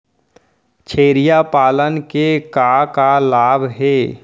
छेरिया पालन के का का लाभ हे?